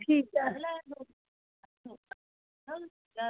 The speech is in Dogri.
ठीक ऐ